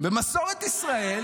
על העמותה שלו,